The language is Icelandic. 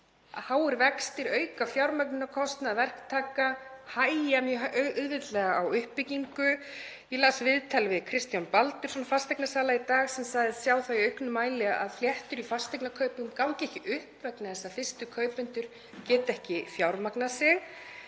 háir vextir auka fjármögnunarkostnað verktaka og hægja mjög auðveldlega á uppbyggingu. Ég las viðtal við Kristján Baldursson fasteignasala í dag sem sagðist sjá það í auknum mæli að fléttur í fasteignakaupum gangi ekki upp vegna þess að fyrstu kaupendur geta ekki fjármagnað